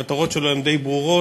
המטרות שלו הן די ברורות,